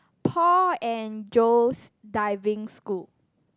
Paul and Joe's Diving School